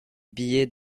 billets